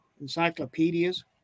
encyclopedias